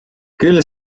küll